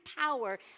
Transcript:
power